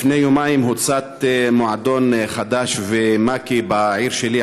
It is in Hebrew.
לפני יומיים הוצת מועדון חד"ש ומק"י בעיר שלי,